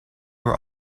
were